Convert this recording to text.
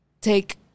take